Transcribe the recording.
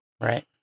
Right